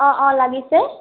অ' অ' লাগিছে